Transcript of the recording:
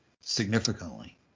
significantly